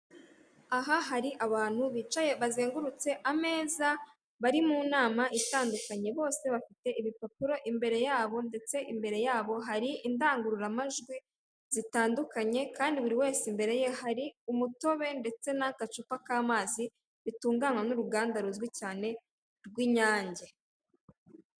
Aha hari abantu bicaye bazengurutse ameza bari mu nama itandukanye. Bose bafite ibipapuro imbere yabo, ndetse imbere yabo hari indangururamajwi zitandukanye, kandi buri wese imbere ye hari umutobe ndetse n'akacupa k'amazi, bitunganywa n'uruganda ruzwi cyane rw'Inyange.